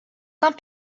saint